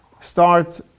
start